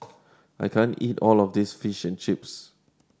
I can't eat all of this Fish and Chips